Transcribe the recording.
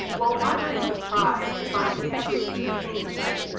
what was his surprise to find everything changed!